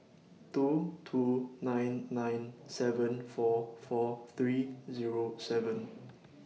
two two nine nine seven four four three Zero seven